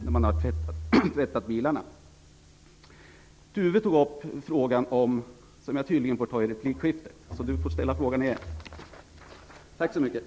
Den fråga som Tuve Skånberg har ställt får jag tydligen svara på i en replik. Så jag måste be honom att han ställer den igen.